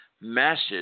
message